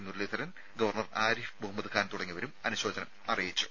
Muraleedharan governor Arif Mohammad Khan തുടങ്ങിയവരും അനുശോചനം അറിയിച്ചു